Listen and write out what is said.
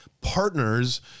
partners